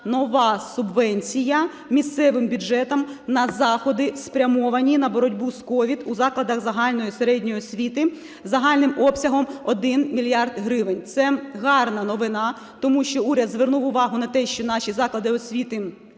нова субвенція місцевим бюджетам на заходи, спрямовані на боротьбу з COVID у закладах загальної середньої освіти загальним обсягом 1 мільярд гривень. Це гарна новина. Тому що уряд звернув увагу на те, що наші заклади освіти,